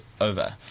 over